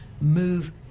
move